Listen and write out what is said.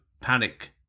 panic